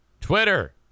Twitter